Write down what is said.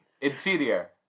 Interior